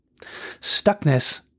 Stuckness